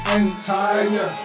entire